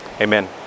Amen